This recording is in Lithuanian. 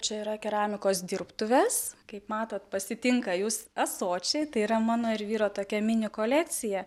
čia yra keramikos dirbtuvės kaip matot pasitinka jūs ąsočiai tai yra mano ir vyro tokia mini kolekcija